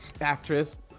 actress